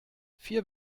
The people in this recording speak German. vier